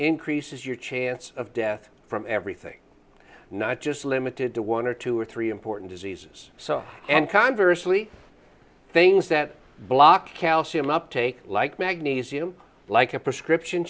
increases your chance of death from everything not just limited to one or two or three important diseases so and conversely things that block calcium uptake like magnesium like a prescription